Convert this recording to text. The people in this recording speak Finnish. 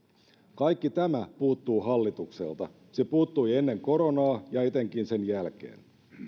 kaikki tämä puuttuu hallitukselta se puuttui ennen koronaa ja etenkin sen jälkeen